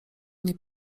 nie